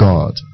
God